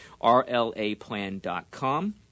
RLAplan.com